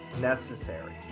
Necessary